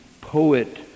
poet